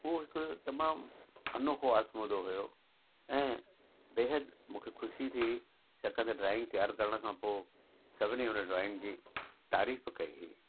हू हिकु तमामु अनुभव आज़मूदो हुओ ऐं बेहद मूंखे ख़ुशी थी छाकाणि त ड्राइंग तयार करण खां पोइ सभिनी हुन ड्रॉइंग जी तारीफ़ कई हुई